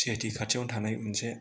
CIT खाथियाव थानाय मोनसे